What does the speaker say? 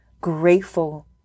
grateful